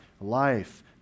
life